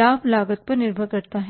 लाभ लागत पर निर्भर करता है